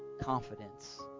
confidence